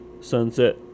Sunset